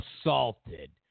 assaulted